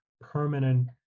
permanent